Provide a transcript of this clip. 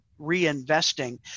reinvesting